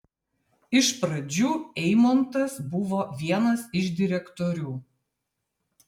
iš pradžių eimontas buvo vienas iš direktorių